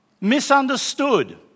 misunderstood